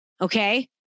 okay